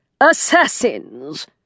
Assassins